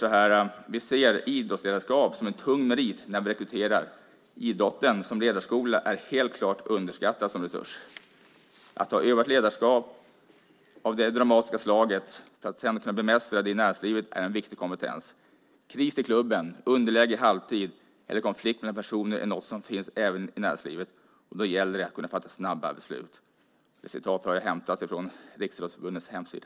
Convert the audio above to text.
Han säger att Poolia ser idrottsledarskap som en tung merit när man rekryterar. Idrotten som ledarskola är helt klart underskattad som resurs. Att ha utövat ledarskap av det dramatiska slaget för att sedan kunna bemästra det i näringslivet är en viktig kompetens. Kris i klubben, underläge i halvtid eller en konflikt mellan personer är något som finns även i näringslivet. Då gäller det att kunna fatta snabba beslut. Det här uttalandet är hämtat från Riksidrottsförbundets hemsida.